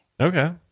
Okay